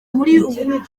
muri